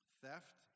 theft